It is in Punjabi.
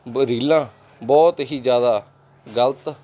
ਰੀਲਾਂ ਬਹੁਤ ਹੀ ਜ਼ਿਆਦਾ ਗਲਤ